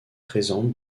présente